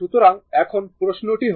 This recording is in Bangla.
সুতরাং এখন প্রশ্নটি হল